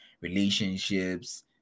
relationships